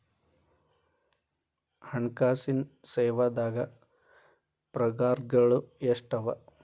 ಹಣ್ಕಾಸಿನ್ ಸೇವಾದಾಗ್ ಪ್ರಕಾರ್ಗಳು ಎಷ್ಟ್ ಅವ?